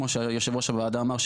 כמו שיושב ראש הוועדה אמר,